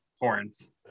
horns